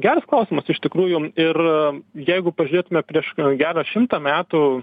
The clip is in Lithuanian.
geras klausimas iš tikrųjų ir jeigu pažiūrėtume prieš gerą šimtą metų